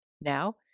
Now